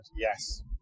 Yes